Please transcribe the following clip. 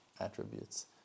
attributes